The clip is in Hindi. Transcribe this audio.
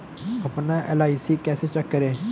अपना एल.आई.सी कैसे चेक करें?